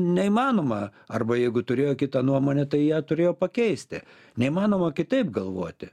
neįmanoma arba jeigu turėjo kitą nuomonę tai ją turėjo pakeisti neįmanoma kitaip galvoti